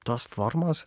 tos formos